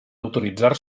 autoritzar